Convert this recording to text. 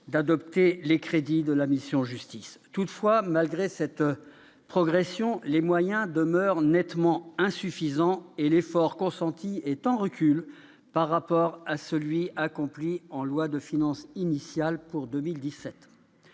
d'adopter les crédits de la mission « Justice ». Toutefois, malgré cette progression, les moyens demeurent nettement insuffisants. L'effort consenti est en recul par rapport à celui qui avait été accompli en loi de finances initiale pour 2017.